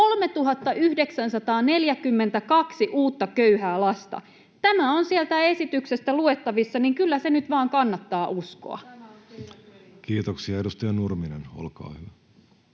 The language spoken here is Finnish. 3 942 uutta köyhää lasta. Tämä on sieltä esityksestä luettavissa. Kyllä se nyt vain kannattaa uskoa. [Eveliina Heinäluoma: Tämä